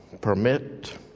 permit